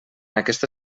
aquesta